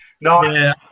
No